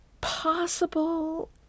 possible